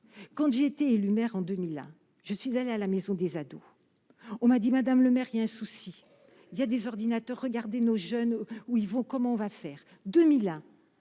quand j'ai été élu maire en 2001, je suis allé à la Maison des ados, on m'a dit : Madame le maire il un souci, il y a des ordinateurs, regardez nos jeunes où ils vont, comment on va faire 2001,